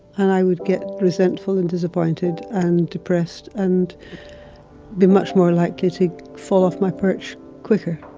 and i would get resentful and disappointed and depressed and be much more likely to fall off my perch quicker.